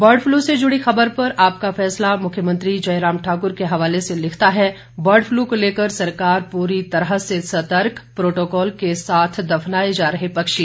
bird flu से जुड़ी खबर पर आपका फैसला मुख्यमंत्री जयराम ठाकुर के हवाले से लिखता है बर्ड फ्लू को लेकर सरकार पूरी तरह से सतर्क प्रोटोकॉल के साथ दफनाए जा रहे पक्षी